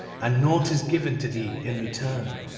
and nought is given to thee in return.